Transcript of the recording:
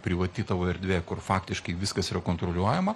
privati tavo erdvė kur faktiškai viskas yra kontroliuojama